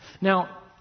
Now